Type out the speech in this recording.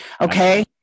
Okay